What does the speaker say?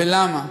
ולמה?